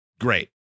great